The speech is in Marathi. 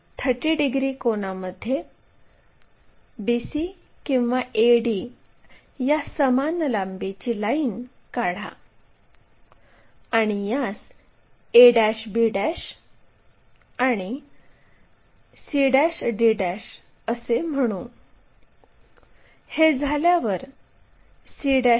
प्रथम प्लेनमध्ये एक XY लाईन काढा मग HP च्यावर 15 मिमी अंतरावर p हा बिंदू काढा म्हणजेच फ्रंट व्ह्यूमध्ये आपण 15 मि